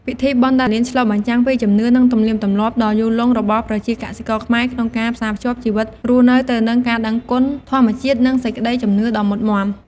ពិធីបុណ្យដារលានឆ្លុះបញ្ចាំងពី ជំនឿ និងទំនៀមទម្លាប់ ដ៏យូរលង់របស់ប្រជាកសិករខ្មែរក្នុងការផ្សារភ្ជាប់ជីវិតរស់នៅទៅនឹងការដឹងគុណធម្មជាតិ និងសេចក្ដីជំនឿដ៏មុតមាំ។